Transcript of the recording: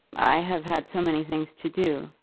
i have had so many things to do,